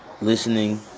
Listening